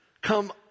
come